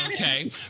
Okay